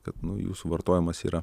kad nu jūsų vartojimas yra